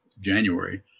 january